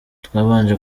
twabanje